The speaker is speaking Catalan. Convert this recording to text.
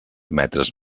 metres